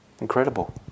Incredible